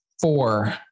four